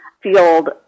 field